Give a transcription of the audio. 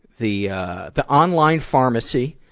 the the online pharmacy.